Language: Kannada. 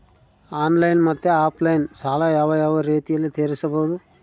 ಆನ್ಲೈನ್ ಮತ್ತೆ ಆಫ್ಲೈನ್ ಸಾಲ ಯಾವ ಯಾವ ರೇತಿನಲ್ಲಿ ತೇರಿಸಬಹುದು?